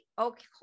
okay